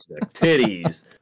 titties